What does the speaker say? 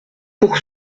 pour